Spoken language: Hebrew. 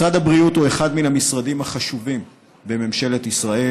משרד הבריאות הוא אחד מן המשרדים החשובים בממשלת ישראל.